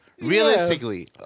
realistically